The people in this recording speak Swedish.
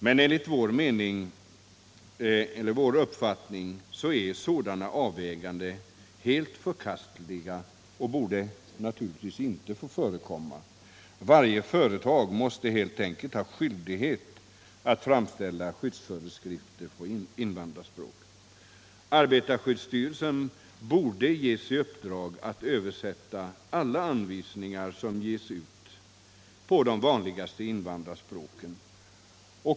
Men enligt vår uppfattning är sådana avväganden helt förkastliga och borde naturligtvis inte få förekomma. Varje företag måste helt enkelt ha skyldighet att framställa skyddsföreskrifter på invandrarspråken. Arbetarskyddsstyrelsen borde ges i uppdrag att översätta alla anvisningar som ges ut till de vanligaste invandrarspråken.